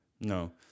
No